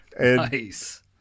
nice